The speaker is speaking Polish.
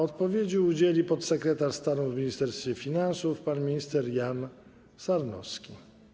Odpowiedzi udzieli podsekretarz stanu w Ministerstwie Finansów pan minister Jan Sarnowski.